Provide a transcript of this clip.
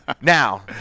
Now